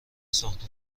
ساخت